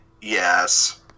Yes